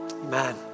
Man